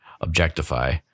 objectify